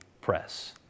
press